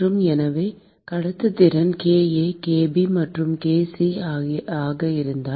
மற்றும் எனவே கடத்துத்திறன்கள் kA kB மற்றும் kC ஆக இருந்தால்